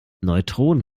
neutronen